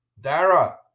dara